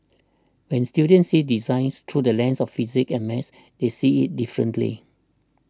when students see designs through the lens of physics and maths they see it differently